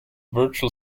virtual